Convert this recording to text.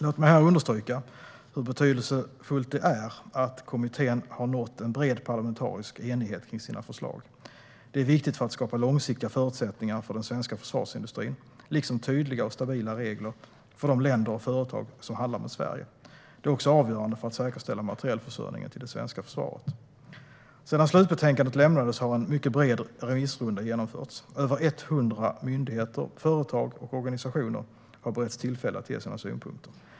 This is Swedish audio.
Låt mig här understryka hur betydelsefullt det är att kommittén har nått en bred parlamentarisk enighet kring sina förslag. Det är viktigt för att skapa långsiktiga förutsättningar för den svenska försvarsindustrin, liksom tydliga och stabila regler för de länder och företag som handlar med Sverige. Det är också avgörande för att säkerställa materielförsörjningen till det svenska försvaret. Sedan slutbetänkandet lämnades har en mycket bred remissrunda genomförts. Över 100 myndigheter, företag och organisationer har beretts tillfälle att ge sina synpunkter.